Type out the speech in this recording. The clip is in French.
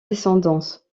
descendance